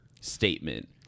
statement